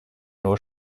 nur